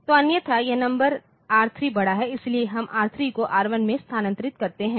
तो अन्यथा यह नया नंबर R 3 बड़ा है इसलिए हम R 3 को R 1 में स्थानांतरित करते हैं